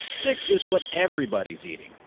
six is what everybody's eating.